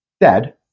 dead